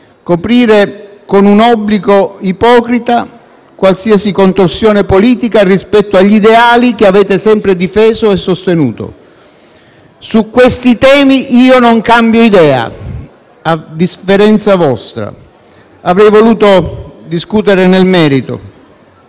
coprire con un obbligo ipocrita qualsiasi contorsione politica, rispetto agli ideali che avete sempre difeso e sostenuto. Su questi temi io non cambio idea, a differenza vostra. Avrei voluto discutere nel merito